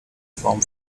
form